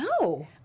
No